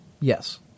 yes